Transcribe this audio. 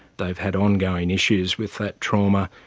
they've had ongoing issues with that trauma.